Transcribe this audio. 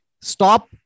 stop